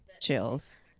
Chills